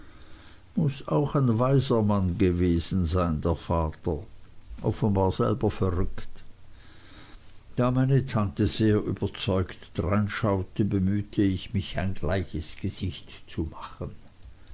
muß auch ein weiser mann gewesen sein der vater offenbar selber verrückt da meine tante sehr überzeugt dreinschaute bemühte ich mich ein gleiches gesicht zu machen